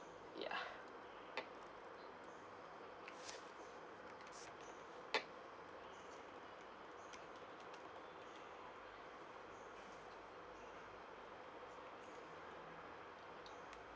ya